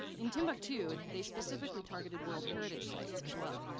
in timbuktu they specifically targeted world heritage sites as well.